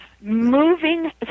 moving